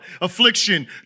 affliction